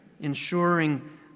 ensuring